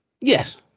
Yes